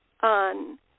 on